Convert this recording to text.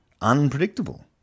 unpredictable